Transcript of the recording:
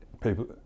people